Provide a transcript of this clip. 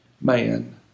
man